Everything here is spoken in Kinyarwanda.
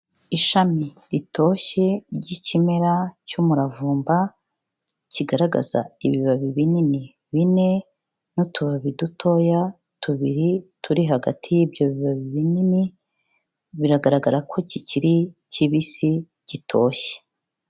Ishami ritoshye ry'ikimera cy'umuravumba, kigaragaza ibibabi binini bine n'utubabi dutoya tubiri turi hagati y'ibyo bibabi binini, biragaragara ko kikiri kibisi, gitoshye.